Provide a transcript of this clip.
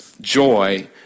Joy